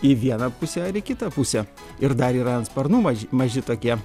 į vieną pusę ar į kitą pusę ir dar yra ant sparnų maž maži tokie